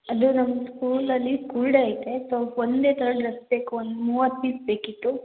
ಅದು ನಮ್ಮ ಸ್ಕೂಲಲ್ಲಿ ಸ್ಕೂಲ್ ಡೇ ಐತೆ ಸೊ ಒಂದೇ ಥರ ಡ್ರೆಸ್ ಬೇಕು ಒಂದು ಮೂವತ್ತು ಪೀಸ್ ಬೇಕಿತ್ತು